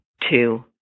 two